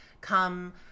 come